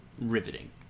riveting